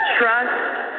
Trust